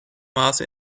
maße